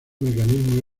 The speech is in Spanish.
mecanismo